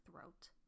throat